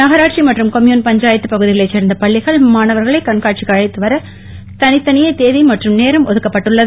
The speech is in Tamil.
நகராட்சி மற்றும் கொம்யூன் பஞ்சாயத்து பகுதிகளைச் சேர்ந்த பள்ளிகள் மாணவர்களை கண்காட்சிக்கு அழைத்து வர தனித்தனியே தேதி மற்றும் நேரம் ஒதுக்கப்பட்டுள்ளது